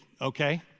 okay